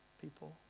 people